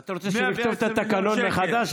אתה רוצה שנכתוב את התקנון מחדש,